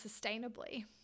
sustainably